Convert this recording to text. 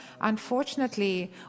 Unfortunately